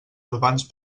urbans